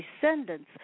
descendants